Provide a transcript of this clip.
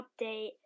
update